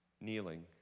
kneeling